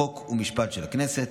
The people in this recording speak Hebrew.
חוק ומשפט של הכנסת,